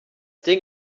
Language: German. ding